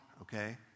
okay